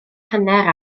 hanner